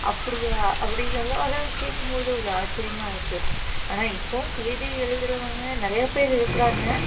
அப்படியா அப்பிடினெல்லாம் அதை கேட்கும் போது ஒரு ஆச்சரியமா இருக்குது ஆனால் இப்போவும் கவிதை எழுதுகிறவங்க நிறையா பேரு இருக்கிறாங்க